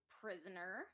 prisoner